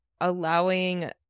allowing